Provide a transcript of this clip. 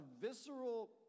visceral